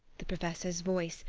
the professor's voice,